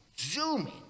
zooming